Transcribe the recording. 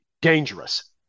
dangerous